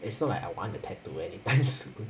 it's not like I want a tattoo anyways